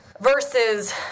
Versus